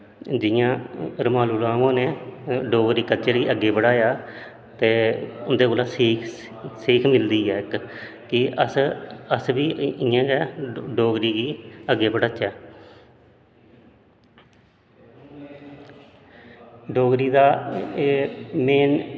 जियां रमालो राम होरैं डोगरी कल्चर गी अग्गैं बड़ाया ते उंदे कोलादा सीख मिलदी ऐ इक अस बी डोगरीगी इयां गै अग्गैं बड़ाचै डोगरी दा एह् मेन